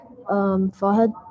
Fahad